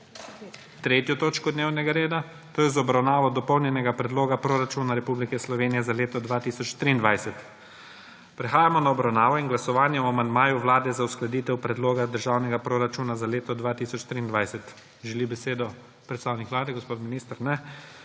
3. točko dnevnega reda, to je z obravnavo Dopolnjenega predloga proračuna Republike Slovenije za leto 2023. Prehajamo na obravnavo in glasovanje o amandmaju vlade za uskladitev predloga državnega proračuna za leto 2023. Želi besedo predstavnik vlade, gospod minister? Ne.